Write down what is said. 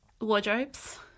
Wardrobes